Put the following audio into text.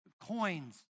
coins